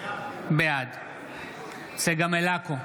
בעד צגה מלקו,